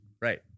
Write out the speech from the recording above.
Right